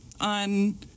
on